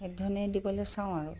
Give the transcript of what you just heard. সেইধৰণেই দিবলৈ চাওঁ আৰু